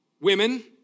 Women